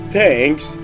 thanks